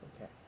Okay